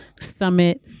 summit